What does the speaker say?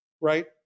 right